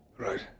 Right